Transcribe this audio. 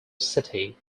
city